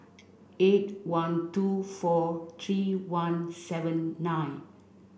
eight one two four three one seven nine